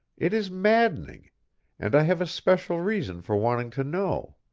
it is maddening and i have a special reason for wanting to know.